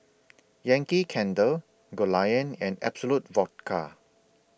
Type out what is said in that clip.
Yankee Candle Goldlion and Absolut Vodka